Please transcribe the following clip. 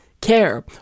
care